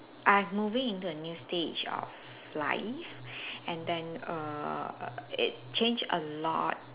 I'm moving into a new stage of life and then err it change a lot